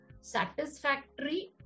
satisfactory